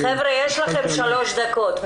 חבר'ה, יש לכם שלוש דקות.